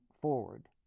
forward